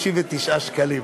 3,287,000,359 שקלים.